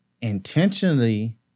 intentionally